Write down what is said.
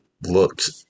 looked